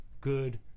good